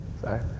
Sorry